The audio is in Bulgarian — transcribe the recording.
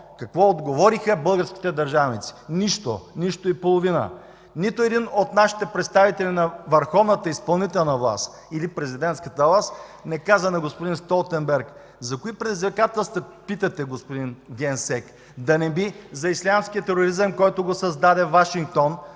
Какво отговориха обаче българските държавници? Нищо! Нищо и половина. Нито един от нашите представители на върховната изпълнителна власт или президентската власт не каза на господин Столтенберг: „За кои предизвикателства питате, господин генсек? Да не би за ислямския тероризъм, който го създаде Вашингтон